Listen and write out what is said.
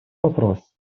вопрос